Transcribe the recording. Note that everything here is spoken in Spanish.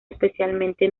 especialmente